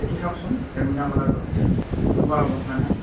এইটো চাওকচোন বেঙুনীয়া কালাৰটো এনেকুৱা হ'ব মানে